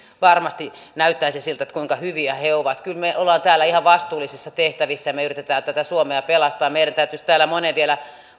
varmasti näyttäisi siltä kuinka hyviä he ovat kyllä me olemme täällä ihan vastuullisissa tehtävissä ja me yritämme tätä suomea pelastaa meistä monen täytyisi täällä vielä